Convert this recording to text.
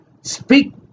speak